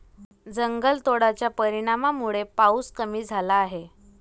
जंगलतोडाच्या परिणामामुळे पाऊस कमी झाला आहे